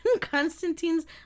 Constantine's